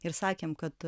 ir sakėm kad